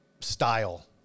style